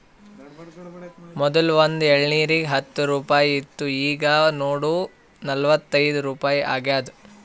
ಮೊದ್ಲು ಒಂದ್ ಎಳ್ನೀರಿಗ ಹತ್ತ ರುಪಾಯಿ ಇತ್ತು ಈಗ್ ನೋಡು ನಲ್ವತೈದು ರುಪಾಯಿ ಆಗ್ಯಾದ್